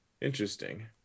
Interesting